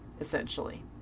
essentially